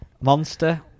Monster